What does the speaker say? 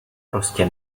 prostě